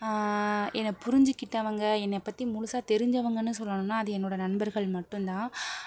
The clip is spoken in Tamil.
என்னை புரிஞ்சிக்கிட்டவங்க என்னை பற்றி முழுசாக தெரிஞ்சவங்கன்னு சொல்லணும்னால் அது என்னோட நண்பர்கள் மட்டுந்தான்